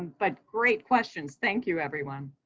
but great questions. thank you, everyone.